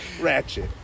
Ratchet